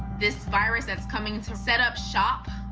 this virus that's coming to set up shop,